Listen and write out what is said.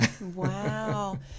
Wow